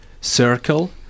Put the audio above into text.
circle